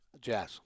Jazz